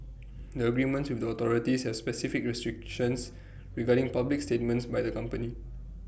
the agreements with the authorities has specific restrictions regarding public statements by the company